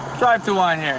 drive to one yeah